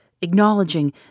acknowledging